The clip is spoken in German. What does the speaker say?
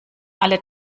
alle